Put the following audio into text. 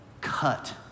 cut